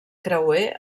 creuer